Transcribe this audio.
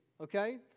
okay